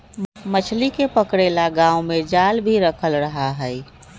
मछली के पकड़े ला गांव में जाल भी रखल रहा हई